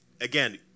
Again